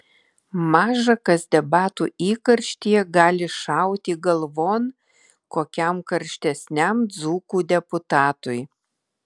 maža kas debatų įkarštyje gali šauti galvon kokiam karštesniam dzūkų deputatui